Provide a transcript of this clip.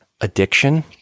Addiction